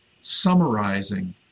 summarizing